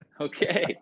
Okay